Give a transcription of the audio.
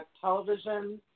television